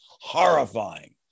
Horrifying